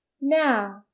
Now